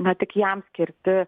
na tik jam skirti